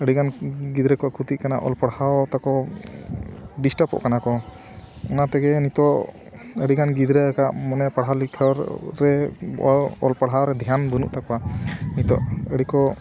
ᱟᱹᱰᱤ ᱜᱟᱱ ᱜᱤᱫᱽᱨᱟᱹ ᱠᱚ ᱠᱷᱚᱛᱤᱜ ᱠᱟᱱᱟ ᱚᱞ ᱯᱟᱲᱦᱟᱣ ᱛᱟᱠᱚ ᱰᱤᱥᱴᱟᱵ ᱚᱜ ᱠᱟᱱᱟ ᱠᱚ ᱚᱱᱟ ᱛᱮᱜᱮ ᱱᱤᱛᱳᱜ ᱟᱹᱰᱤ ᱜᱟᱱ ᱜᱤᱫᱽᱨᱟᱹᱣᱟᱠᱟᱜ ᱢᱚᱱᱮ ᱯᱟᱲᱦᱟᱣ ᱞᱮᱠᱷᱟ ᱨᱮ ᱚᱞ ᱯᱟᱲᱦᱟᱣ ᱨᱮ ᱫᱷᱮᱭᱟᱱ ᱵᱟᱹᱱᱩᱜ ᱛᱟᱠᱚᱣᱟ ᱱᱤᱛᱳᱜ ᱟᱹᱰᱤ ᱠᱚ